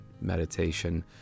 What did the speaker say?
meditation